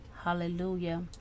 Hallelujah